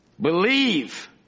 Believe